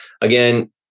Again